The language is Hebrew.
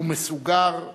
ומסוגר באבל.